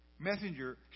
messenger